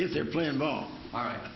if they're playing ball all right